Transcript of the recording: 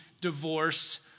divorce